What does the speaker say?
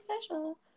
special